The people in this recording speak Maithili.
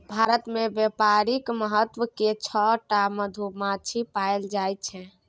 भारत मे बेपारिक महत्व केर छअ टा मधुमाछी पएल जाइ छै